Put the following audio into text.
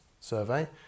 survey